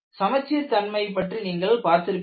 சமச்சீர் தன்மையை பற்றி நீங்கள் பார்த்திருப்பீர்கள்